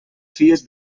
fies